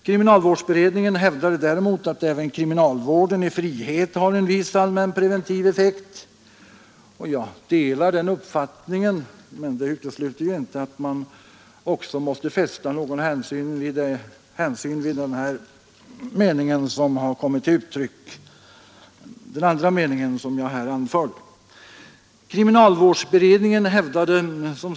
Kriminalvårdsberedningen hävdade däremot att även kriminalvården i frihet har en viss allmänpreventiv effekt, och jag delar den uppfattningen. Men det utesluter ju inte att man också måste fästa vikt vid den andra mening som kommit till uttryck och som jag här har nämnt om.